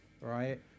right